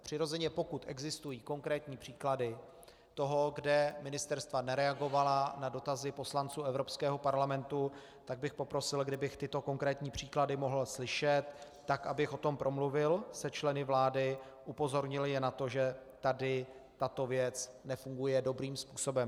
Přirozeně pokud existují konkrétní příklady toho, kde ministerstva nereagovala na dotazy poslanců Evropského parlamentu, tak bych poprosil, kdybych tyto konkrétní příklady mohl slyšet, tak abych o tom promluvil se členy vlády, upozornil je na to, že tady tato věc nefunguje dobrým způsobem.